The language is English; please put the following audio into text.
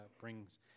brings